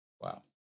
Wow